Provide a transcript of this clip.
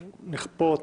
נכפות,